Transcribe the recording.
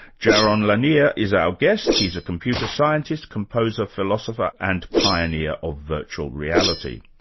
jaron lanier is our guest. he's a computer scientist, composer, philosopher and pioneer of virtual reality.